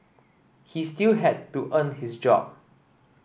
he still had to earn his job